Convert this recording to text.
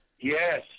Yes